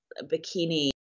bikini